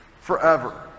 forever